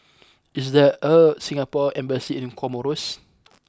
is there a Singapore embassy in Comoros